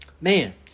Man